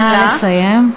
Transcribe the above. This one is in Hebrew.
נא לסיים.